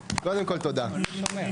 תראו,